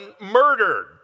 murdered